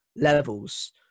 levels